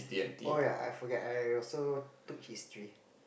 oh ya I forgot I also took history